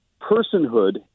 personhood